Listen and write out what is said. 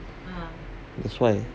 that's why